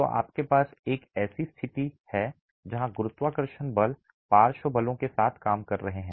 तो आपके पास एक ऐसी स्थिति है जहां गुरुत्वाकर्षण बल पार्श्व बलों के साथ काम कर रहे हैं